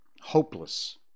hopeless